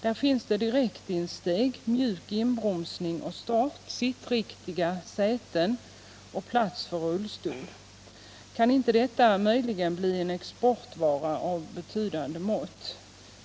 Det finns direktinsteg, mjuk inbromsning och start, sittriktiga säten och plats för rullstol. Kan inte detta möjligen bli en exportvara av betydande mått?